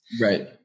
Right